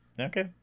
Okay